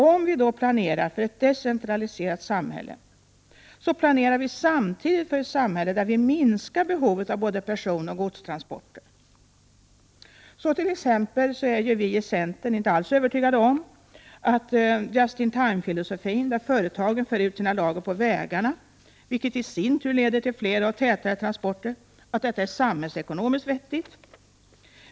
Om vi då planerar för ett decentraliserat samhälle, planerar vi samtidigt för ett samhälle där vi minskar behovet av både personoch godstransporter. T.ex. är vi i centern inte övertygade om att just-in-timefilosofin — där företagen för ut sina lager på vägarna, vilket i sin tur leder till flera och tätare transporter — är samhällsekonomiskt vettigt.